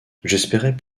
j’espérais